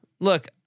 look